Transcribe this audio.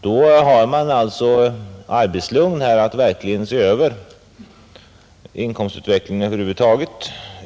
Då har man arbetsro för att verkligen se över inkomstutvecklingen över huvud taget.